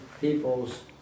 people's